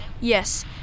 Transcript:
Yes